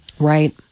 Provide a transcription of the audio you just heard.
Right